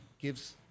gives